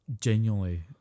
genuinely